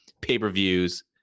pay-per-views